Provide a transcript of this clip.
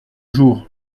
jour